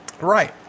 Right